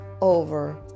over